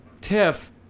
Tiff